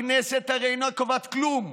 הרי הכנסת אינה קובעת כלום,